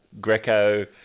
Greco